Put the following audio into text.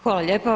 Hvala lijepo.